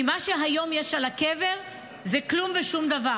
כי מה שהיום יש על הקבר זה כלום ושום דבר.